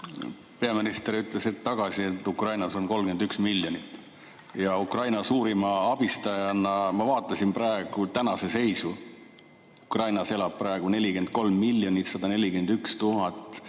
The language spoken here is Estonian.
Peaminister ütles hetk tagasi, et Ukrainas on 31 miljonit [inimest]. Ukraina suurima abistajana ma vaatasin praegu tänast seisu: Ukrainas elab praegu 43 141 083